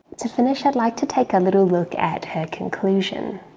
to finish i'd like to take a little look at her conclusion.